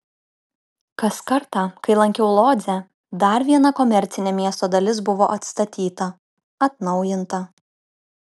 kas kartą kai lankiau lodzę dar viena komercinė miesto dalis buvo atstatyta atnaujinta